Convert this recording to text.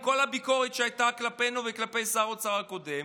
עם כל הביקורת שהייתה כלפינו וכלפי שר האוצר הקודם.